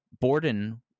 Borden